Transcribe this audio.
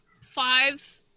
five